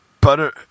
butter